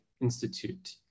Institute